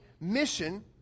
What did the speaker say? mission